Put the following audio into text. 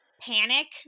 panic